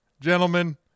Gentlemen